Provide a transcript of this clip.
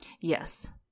Yes